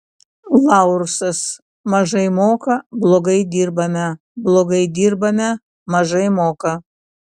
laursas mažai moka blogai dirbame blogai dirbame mažai moka